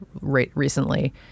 recently